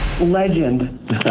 legend